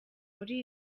muri